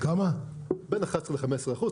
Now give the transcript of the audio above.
בין 11 ל-15 אחוז,